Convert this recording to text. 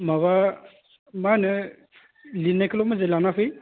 माबा मा होनो लिरनायखौल' मोजाङै लाना फै